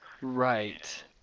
Right